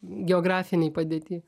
geografinėj padėty